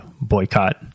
boycott